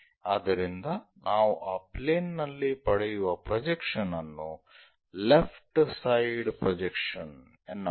ಆದ್ದರಿಂದ ನಾವು ಆ ಪ್ಲೇನ್ ನಲ್ಲಿ ಪಡೆಯಲಿರುವ ಪ್ರೊಜೆಕ್ಷನ್ ಅನ್ನು ಲೆಫ್ಟ್ ಸೈಡ್ ಪ್ರೊಜೆಕ್ಷನ್ ಎನ್ನಬಹುದು